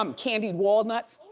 um candied walnuts.